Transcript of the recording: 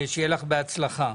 שיהיה לך בהצלחה.